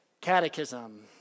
catechism